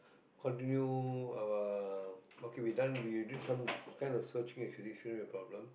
continue our okay we done we already did some kind of searching actually shouldn't have a problem